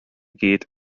gyd